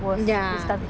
ya